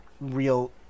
real